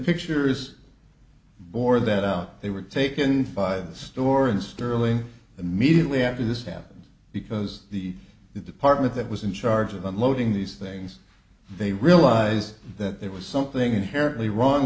picture is bore that out they were taken by the store in sterling immediately after this happened because the department that was in charge of unloading these things they realize that there was something inherently wrong